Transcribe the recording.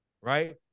right